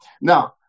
Now